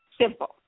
simple